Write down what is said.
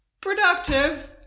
productive